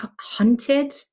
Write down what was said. hunted